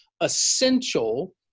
essential